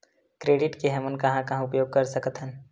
Credit के हमन कहां कहा उपयोग कर सकत हन?